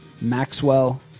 Maxwell